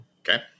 Okay